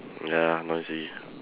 ya noisy